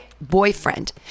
boyfriend